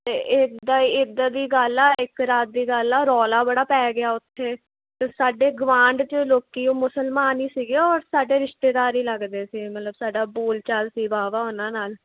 ਅਤੇ ਇੱਦਾਂ ਦੀ ਗੱਲ ਆ ਇੱਕ ਰਾਤ ਦੀ ਗੱਲ ਆ ਰੌਲਾ ਬੜਾ ਪੈ ਗਿਆ ਉਥੇ ਸਾਡੇ ਗਵਾਂਢ 'ਚ ਲੋਕੀ ਉਹ ਮੁਸਲਮਾਨ ਹੀ ਸੀਗੇ ਔਰ ਸਾਡੇ ਰਿਸ਼ਤੇਦਾਰ ਹੀ ਲੱਗਦੇ ਸੀ ਮਤਲਬ ਸਾਡਾ ਬੋਲਚਾਲ ਸੀ ਵਾਹ ਵਾਹ ਉਹਨਾਂ ਨਾਲ